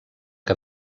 que